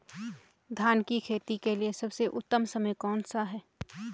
धान की खेती के लिए सबसे उत्तम समय कौनसा है?